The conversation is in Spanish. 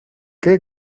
qué